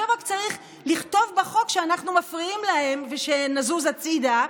עכשיו רק צריך לכתוב בחוק שאנחנו מפריעים להם ושנזוז הצידה,